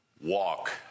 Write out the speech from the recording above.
walk